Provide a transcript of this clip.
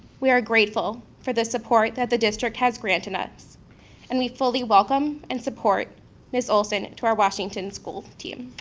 we are grateful for the support that the district has granted us and we fully welcome and support ms. olson to our washington school team.